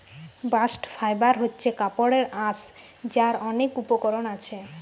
bast fibre হচ্ছে কাপড়ের আঁশ যার অনেক উপকরণ আছে